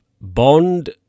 Bond